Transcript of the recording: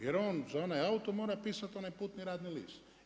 Jer on za onaj auto mora pisati onaj putni radni list.